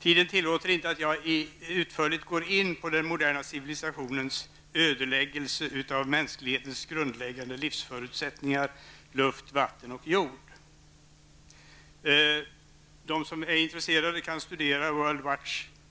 Tiden tillåter inte att att jag utförligt går in på den moderna civilisationens ödeläggelse av mänsklighetens grundläggande livsförutsättningar: luft, vatten och jord. De som är intresserade kan t.ex. studera